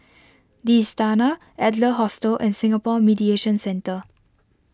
the Istana Adler Hostel and Singapore Mediation Centre